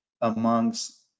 amongst